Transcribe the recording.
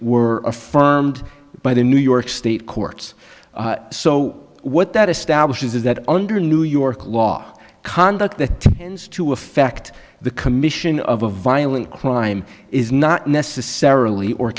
were affirmed by the new york state courts so what that establishes is that under new york law conduct that means to effect the commission of a violent crime is not necessarily or